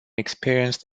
experienced